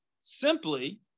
simply